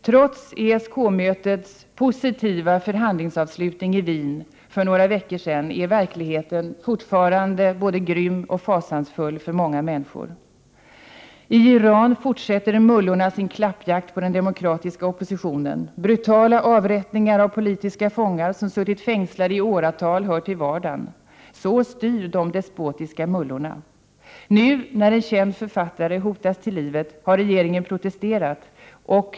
Trots ESK-mötets positiva förhandlingsavslutning i Wien för några veckor sedan är verkligheten fortfarande både grym och fasansfull för många människor. I Iran fortsätter mullorna sin klappjakt på den demokratiska oppositionen. Brutala avrättningar av politiska fångar som suttit fängslade i åratal hör till vardagen. Så styr de despotiska mullorna. Nu, när en känd författare hotas till livet, har regeringen protesterat.